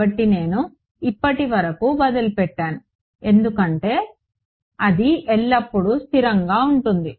కాబట్టి నేను ఇప్పటివరకు వదిలిపెట్టాను ఎందుకంటే అది ఎల్లప్పుడూ స్థిరంగా ఉంటుంది